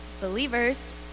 believers